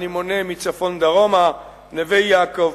אני מונה מצפון דרומה: נווה-יעקב,